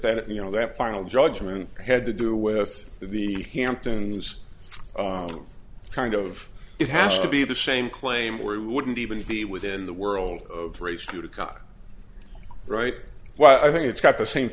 then you know that final judgment had to do with the hamptons kind of it has to be the same claim we wouldn't even be within the world of race judicata right well i think it's got the same